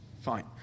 Fine